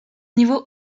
niveau